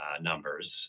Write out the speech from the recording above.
numbers